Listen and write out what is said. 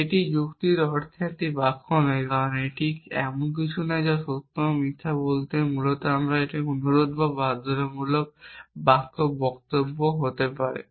যেটি যুক্তির অর্থে একটি বাক্য নয় কারণ এটি এমন কিছু নয় যা সত্য বা মিথ্যা বলতে মূলত একটি অনুরোধ বা বাধ্যতামূলক বক্তব্য হতে হবে